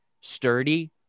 sturdy